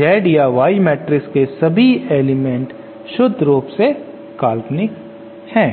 Z या Y matrix के सभी एलीमेंट्स शुद्ध रूप से काल्पनिक है